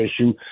issue